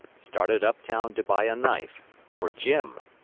started up-town to buy a knife for jim!